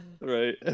Right